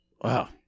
Wow